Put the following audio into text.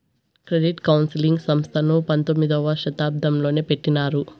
credit counselling సంస్థను పంతొమ్మిదవ శతాబ్దంలోనే పెట్టినారు